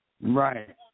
Right